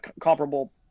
comparable